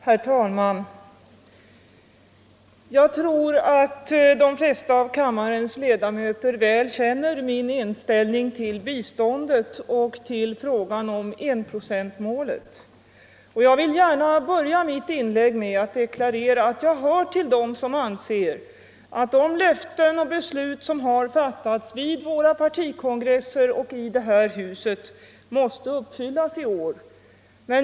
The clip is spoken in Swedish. Herr talman! Jag tror att de flesta av kammarens ledamöter väl känner min inställning till biståndet och till frågan om enprocentsmålet. Men jag vill gärna börja mitt inlägg med att deklarera att jag hör till dem som anser att de löften som givits och de beslut som fattats om enprocentsmålet vid våra partikongresser och i det här huset måste uppfyllas i år.